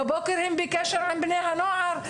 בבוקר הם בקשר עם בני הנוער.